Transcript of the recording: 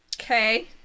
Okay